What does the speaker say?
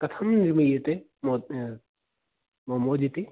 कथं निर्मीयते मोमोज् इति